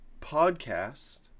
podcast